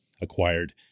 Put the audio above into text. acquired